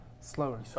Slower